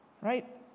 right